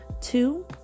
Two